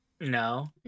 No